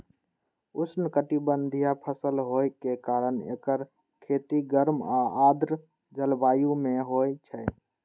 उष्णकटिबंधीय फसल होइ के कारण एकर खेती गर्म आ आर्द्र जलवायु मे होइ छै